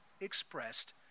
expressed